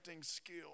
skill